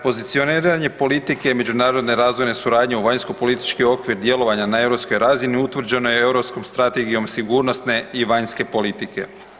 Pozicioniranje politike međunarodne razvojne suradnje u vanjskopolitički okvir djelovanja na europskoj razini, utvrđeno je Europskom strategijom sigurnosne i vanjske politike.